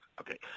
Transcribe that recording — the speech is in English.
okay